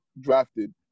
drafted